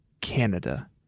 Canada